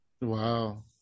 Wow